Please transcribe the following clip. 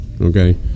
Okay